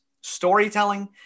storytelling